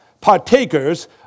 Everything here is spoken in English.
partakers